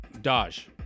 Dodge